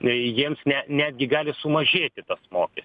jiems ne netgi gali sumažėti tas mokestis